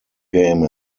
game